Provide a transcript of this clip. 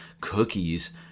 cookies